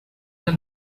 the